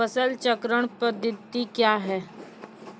फसल चक्रण पद्धति क्या हैं?